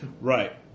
Right